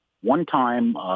one-time